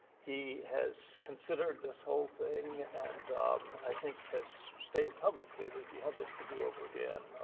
he has considered this whole thing and i think has stated publicly that if he had this to do over again,